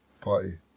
party